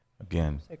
Again